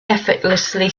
effortlessly